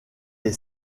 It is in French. est